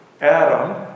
Adam